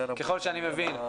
ככל שאני מבין,